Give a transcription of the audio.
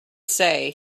say